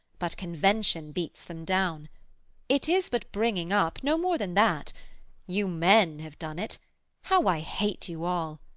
but convention beats them down it is but bringing up no more than that you men have done it how i hate you all!